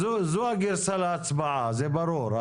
זו הגרסה להצבעה, זה ברור.